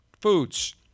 foods